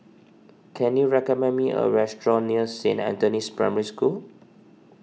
can you recommend me a restaurant near Saint Anthony's Primary School